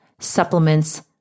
supplements